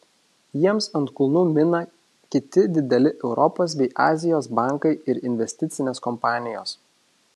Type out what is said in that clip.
jiems ant kulnų mina kiti dideli europos bei azijos bankai ir investicinės kompanijos